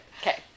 Okay